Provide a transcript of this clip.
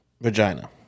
vagina